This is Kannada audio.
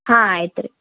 ಹಾಂ ಆಯ್ತು ರೀ